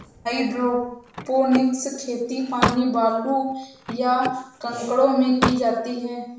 hydroponics खेती पानी, बालू, या कंकड़ों में की जाती है